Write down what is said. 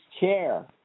chair